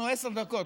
אנחנו עשר דקות.